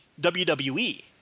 WWE